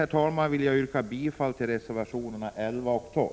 Med det, herr talman, vill jag yrka bifall till reservationerna 11 och 12.